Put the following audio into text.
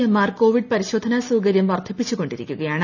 എ് ്യൂർ കോവിഡ് പരിശോധനാ സൌകര്യം വർദ്ധിപ്പിച്ചുകൊണ്ടിരിക്കൂകയാണ്